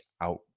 out